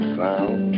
found